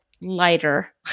lighter